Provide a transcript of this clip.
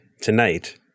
tonight